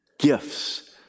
Gifts